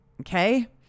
okay